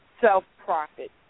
self-profit